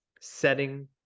setting